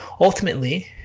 ultimately